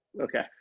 Okay